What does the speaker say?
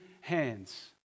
hands